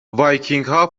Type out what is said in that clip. وایکینگها